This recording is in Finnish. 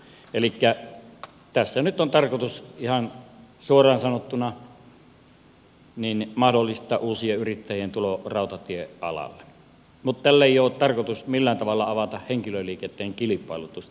elikkä tässä nyt on tarkoitus ihan suoraan sanottuna mahdollistaa uusien yrittäjien tulo rautatiealalle mutta tällä ei ole tarkoitus millään tavalla avata henkilöliikenteen kilpailutusta